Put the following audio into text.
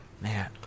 Man